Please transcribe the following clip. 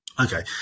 okay